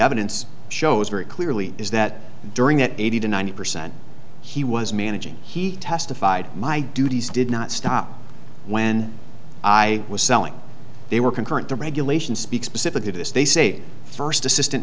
evidence shows very clearly is that during that eighty to ninety percent he was managing he testified my duties did not stop when i was selling they were concurrent de regulation speak specifically to this they say first assistant